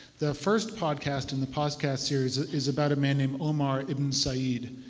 the first podcast in the podcast series is about a man named omar ibn said.